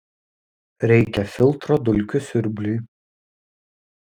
reikia filtro dulkių siurbliui